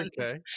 Okay